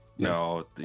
No